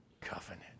covenant